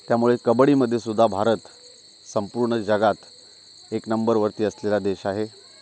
त्यामुळे कबड्डीमध्ये सुद्धा भारत संपूर्ण जगात एक नंबरवरती असलेला देश आहे